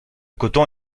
coton